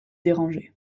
dérangé